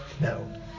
No